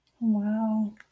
Wow